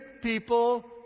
people